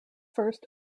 first